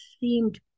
seemed